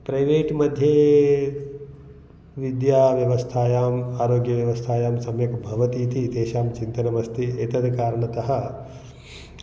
private मध्ये विद्या व्यवस्थायां आरोग्यव्यवस्थायां सम्यक् भवति इति तेषां चिन्तनमस्ति एतत् कारणतः